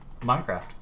Minecraft